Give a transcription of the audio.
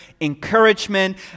encouragement